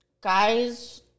guys